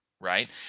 right